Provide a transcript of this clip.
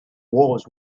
was